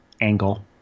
angle